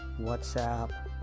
whatsapp